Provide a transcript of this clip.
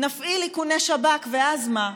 נפעיל איכוני שב"כ, ואז מה?